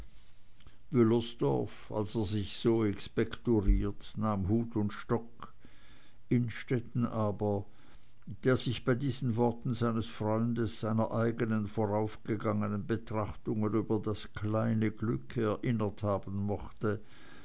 wüllersdorf als er sich so expektoriert nahm hut und stock innstetten aber der sich bei diesen worten seines freundes seiner eigenen voraufgegangenen betrachtungen über das kleine glück erinnert haben mochte